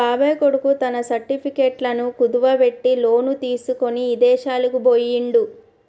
మా బాబాయ్ కొడుకు తన సర్టిఫికెట్లను కుదువబెట్టి లోను తీసుకొని ఇదేశాలకు బొయ్యిండు